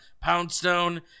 Poundstone